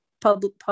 public